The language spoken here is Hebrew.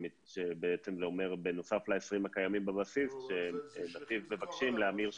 שבעצם זה אומר בנוסף ל-20 הקיימים בבסיס שנתיב מבקשים להמיר שלושה.